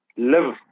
live